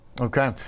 Okay